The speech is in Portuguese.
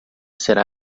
será